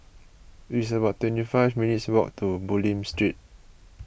it's about twenty five minutes' walk to Bulim Street